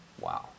Wow